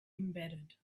embedded